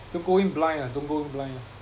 don't go in blind lah don't go in blind lah